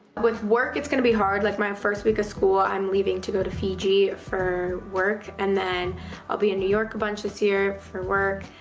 with work, it's gonna be hard. like my first week of school, i'm leaving to go to fiji for work and then i'll be in new york a bunch this year for work,